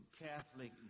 Catholic